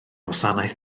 wasanaeth